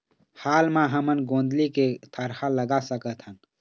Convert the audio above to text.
हाल मा हमन गोंदली के थरहा लगा सकतहन?